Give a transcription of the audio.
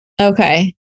Okay